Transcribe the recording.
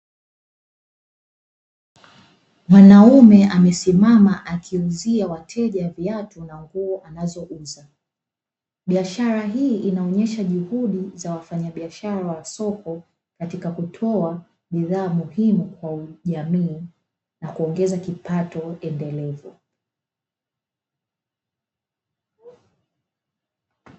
Mwanaume amesimama akiuzia wateja viatu nanguo anazouza, biashara hii inaonyesha juhudi za wafanyabiashara wa soko katika kutoa bidhaa muhimu kwa jamii na kuongeza kipato endelevu.